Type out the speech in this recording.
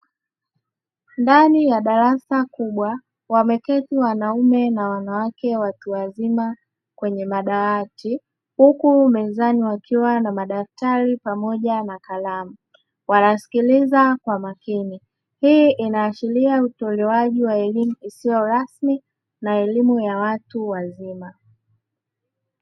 Ndani ya darasa kubwa , wameketi wanaume na wanawake watu wazima kwenye madarasa, huku mwandani wakiwa na madaftari pamoja na kalamu. Wanasikiliza kwa makini. Hii inaashiria utoaji wa elimu isiyo rasmi na elimu ya watu wazima.